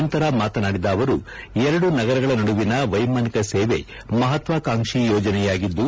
ನಂತರ ಮಾತನಾಡಿದ ಅವರು ಎರಡು ನಗರಗಳ ನಡುವಿನ ವೈಮಾನಿಕ ಸೇವೆ ಮಹತ್ವಕಾಂಕ್ಷಿ ಯೋಜನೆಯಾಲಿದ್ದು